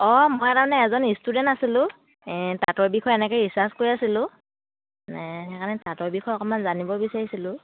অঁ মই তাৰমানে এজন ষ্টুডেণ্ট আছিলোঁ তাঁতৰ বিষয়ে এনেকে ৰিছাৰ্চ কৰি আছিলোঁ মানে সেইকাৰণে তাঁতৰ বিষয়ে অকণমান জানিব বিচাৰিছিলোঁ